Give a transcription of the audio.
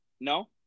No